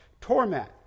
torment